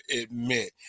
admit